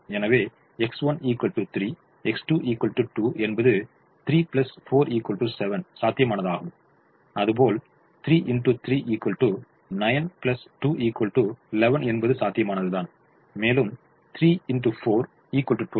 எனவே X1 3 X2 2 என்பது 3 4 7 சாத்தியமானதாகும் அதுபோல் 9 2 11 என்பது சாத்தியமானது தான் மேலும் 12 10